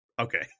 Okay